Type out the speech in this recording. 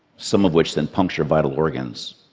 some of which then puncture vital organs.